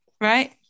Right